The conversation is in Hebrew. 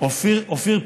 אופיר פינס,